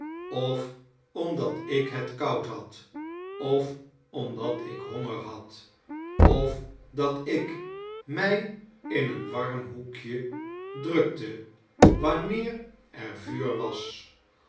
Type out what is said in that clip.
of omdat ik het koud had of omdat ik honger had of dat ik mg in een warm hoekje drukte wanneer er vuur was